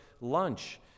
lunch